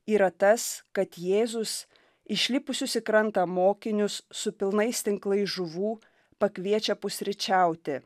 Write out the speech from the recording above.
yra tas kad jėzus išlipusius į krantą mokinius su pilnais tinklais žuvų pakviečia pusryčiauti